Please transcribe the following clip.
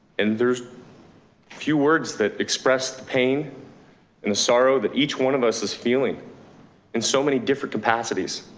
and there's few words that express the pain and the sorrow that each one of us is feeling in so many different capacities.